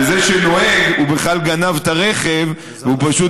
וזה שנוהג בכלל גנב את הרכב והוא פשוט